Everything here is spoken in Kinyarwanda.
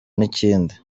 n’ikindi